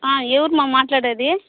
ఎవరుమా మాట్లాడేది